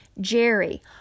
Jerry